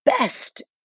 best